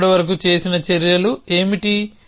మనం ఇప్పటివరకు చేసిన చర్యలు ఏమిటి